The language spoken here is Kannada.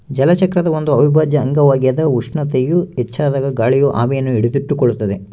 ಜಲಚಕ್ರದ ಒಂದು ಅವಿಭಾಜ್ಯ ಅಂಗವಾಗ್ಯದ ಉಷ್ಣತೆಯು ಹೆಚ್ಚಾದಾಗ ಗಾಳಿಯು ಆವಿಯನ್ನು ಹಿಡಿದಿಟ್ಟುಕೊಳ್ಳುತ್ತದ